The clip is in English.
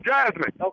Jasmine